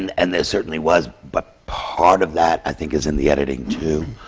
and there certainly was, but part of that i think is in the editing, too,